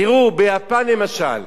תראו, ביפן למשל,